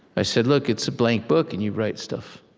i said, look, it's a blank book, and you write stuff.